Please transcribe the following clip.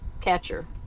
catcher